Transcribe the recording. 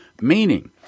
meaning